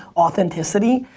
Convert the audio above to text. authenticity,